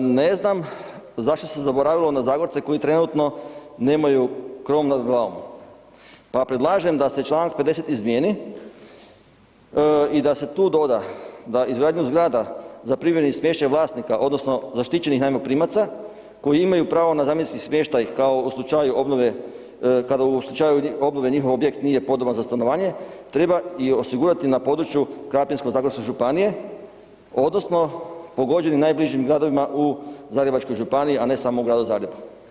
Ne znam zašto se zaboravilo na Zagorce koji trenutno nemaju krov nad glavom, pa predlažem da se čl. 50. izmijeni i da se tu doda da izgradnju zgrada za privremeni smještaj vlasnika odnosno zaštićenih najmoprimaca koji imaju pravo na zamjenski smještaj kada u slučaju obnove njihov objekt nije podoban za stanovanje treba i osigurati na području Krapinsko-zagorske županije odnosno pogođenim najbližim gradovima u Zagrebačkoj županiji, a ne samo u Gradu Zagrebu.